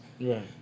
Right